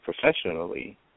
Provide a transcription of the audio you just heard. professionally